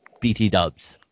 BT-dubs